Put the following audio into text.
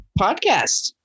podcast